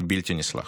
בלתי נסלח.